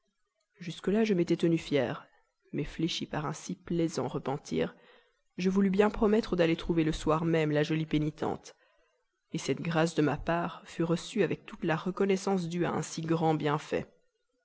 jusque-là je m'étais tenu fier mais fléchi par un si plaisant repentir je voulus bien promettre d'aller trouver le soir même la jolie pénitente cette grâce de ma part fut reçue de la sienne avec toute la reconnaissance due à un si grand bienfait